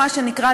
מה שנקרא,